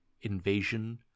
invasion